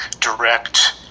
direct